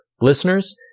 Listeners